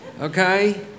Okay